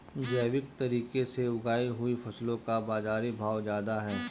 जैविक तरीके से उगाई हुई फसलों का बाज़ारी भाव ज़्यादा है